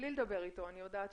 בלי לדבר איתו אני יודעת,